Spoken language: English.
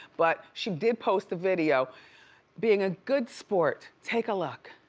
but she did post a video being a good sport. take a look.